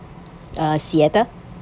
uh seattle